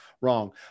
wrong